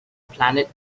planet